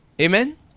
Amen